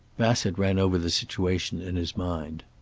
bassett ran over the situation in his mind.